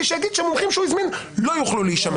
שהוא יגיד שהמומחים שהוא הזמין לא יוכלו להישמע.